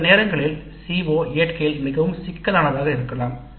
சில நேரங்களில் CO இயற்கையில் மிகவும் சிக்கலானதாக இருக்கலாம்